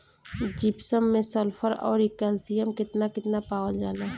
Gypsum मैं sulphur औरी calcium कितना कितना पावल जाला?